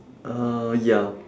uh ya